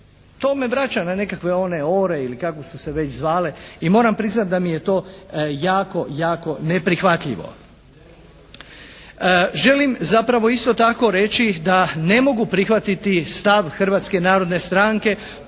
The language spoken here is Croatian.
To me vraća na nekakve one ORA-e ili kako su se već zvale. I moram priznati da mi je to jako, jako neprihvatljivo. Želim zapravo isto tako reći da ne mogu prihvatiti stav Hrvatske narodne stranke